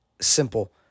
simple